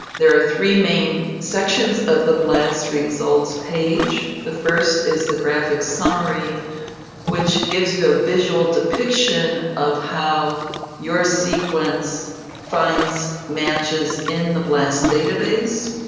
there are three main sections of the blast results page. the first is the graphic summary which gives you a visual depiction of how your sequence finds matches in the blast database.